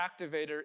activator